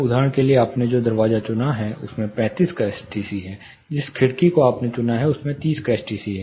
उदाहरण के लिए आपने जो दरवाजा चुना है उसमें 35 का एसटीसी है जिस खिड़की को आपने चुना है उसमें 30 की एसटीसी है